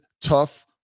tough